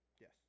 Yes